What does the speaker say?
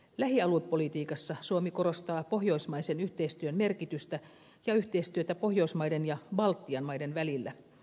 lähialuepolitiikassa suomi korostaa pohjoismaisen yhteistyön merkitystä ja yhteistyötä pohjoismaiden ja baltian maiden välillä